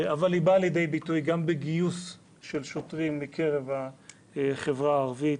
אבל היא באה לידי ביטוי גם בגיוס של שוטרים מקרב החברה הערבית,